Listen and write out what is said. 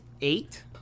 eight